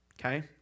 Okay